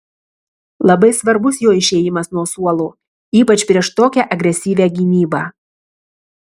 labai svarbus jo išėjimas nuo suolo ypač prieš tokią agresyvią gynybą